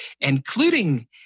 including